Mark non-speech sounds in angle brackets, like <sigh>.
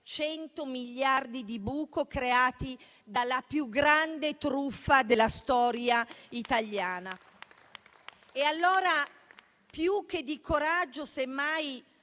100 miliardi di buco creati dalla più grande truffa della storia italiana. <applause> Allora, più che il coraggio, semmai,